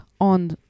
on